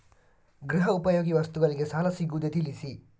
ಗೃಹ ಉಪಯೋಗಿ ವಸ್ತುಗಳಿಗೆ ಸಾಲ ಸಿಗುವುದೇ ತಿಳಿಸಿ?